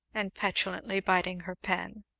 and petulantly biting her pen?